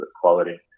quality